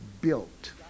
built